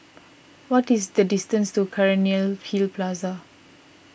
what is the distance to Cairnhill Plaza